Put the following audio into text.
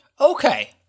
okay